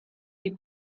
die